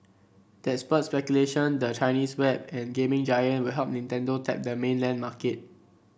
that spurred speculation the Chinese web and gaming giant will help Nintendo tap the mainland market